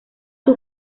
sus